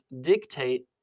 dictate